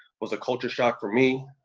was a culture shock for me,